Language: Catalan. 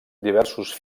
diversos